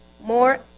more